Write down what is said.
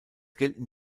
gelten